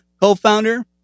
co-founder